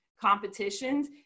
competitions